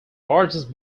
largest